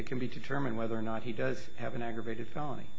it can be determined whether or not he does have an aggravated